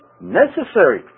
necessary